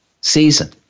season